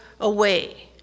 away